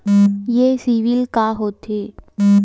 ये सीबिल का होथे?